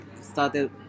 started